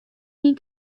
ien